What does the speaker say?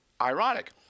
ironic